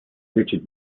richard